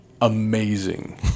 amazing